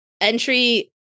entry